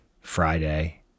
Friday